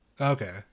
okay